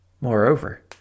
Moreover